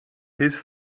his